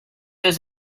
does